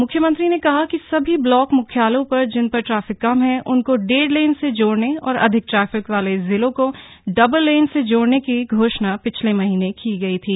मुख्यमंत्री ने कहा कि सभी ब्लाक मुख्यालयों पर जिन पर ट्रैफिक कम है उनको डेढ़ लेन से जोड़ने और अधिक ट्रैफिक वाले जिलों को डबल लेन से जोड़ने की घोषणा पिछले महीने की गई थी